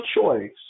choice